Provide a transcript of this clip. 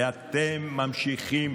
ואתם ממשיכים